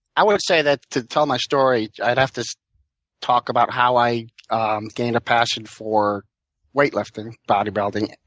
i would say that, to tell my story, i'd have to talk about how i um gained a passion for weightlifting, bodybuilding,